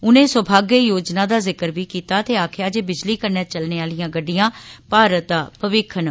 उनें सौभाग्य योजना दा जिकर बी कीता ते आकखेआ जे बिजली कन्नै चलने आलियां गडि्डयां भारत दा भविक्ख न